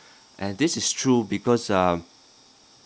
and this is true because um